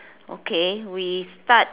okay we start